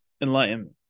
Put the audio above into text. enlightenment